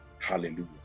Hallelujah